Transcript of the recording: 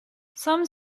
some